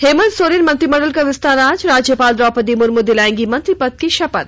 हेमंत सोरेन मंत्रिमंडल का विस्तार आज राज्यपाल द्रौपदी मुर्मू दिलायेंगी मंत्री पद की शपथ